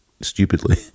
stupidly